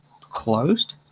closed